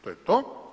To je to.